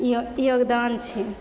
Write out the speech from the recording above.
यो योगदान छै